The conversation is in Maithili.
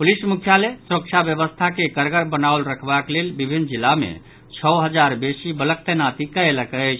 पुलिस मुख्यालय सुरक्षा व्यवस्था के कड़गर बनाओल रखवाक लेल विभिन्न जिला मे छओ हजार वेसी वलक तैनाती कयलक अछि